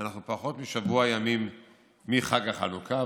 אנחנו פחות משבוע ימים מחג החנוכה,